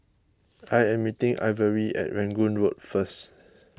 I am meeting Ivory at Rangoon Road first